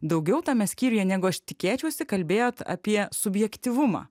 daugiau tame skyriuje negu aš tikėčiausi kalbėjot apie subjektyvumą